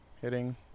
hitting